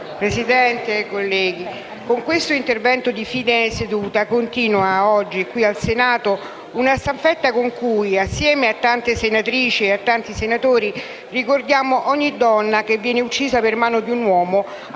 Presidente, colleghi, con questo intervento di fine seduta continua oggi, qui al Senato, una staffetta con cui, assieme a tante senatrici e tanti senatori, ricordiamo ogni donna che viene uccisa per mano di un uomo a cui